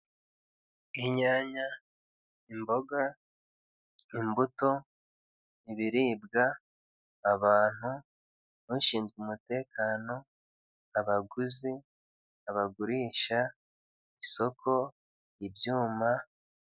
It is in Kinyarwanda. Inyanya, imboga, imbuto, ibiribwa, abantu, ushinzwe umutekano, abaguzi, abagurisha, isoko, ibyuma.